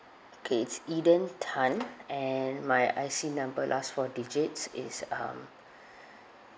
okay it's eden tan and my I_C number last four digits is um